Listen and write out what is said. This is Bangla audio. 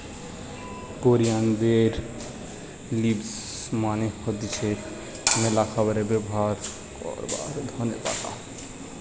কোরিয়ানদের লিভস মানে হতিছে ম্যালা খাবারে ব্যবহার করবার ধোনে পাতা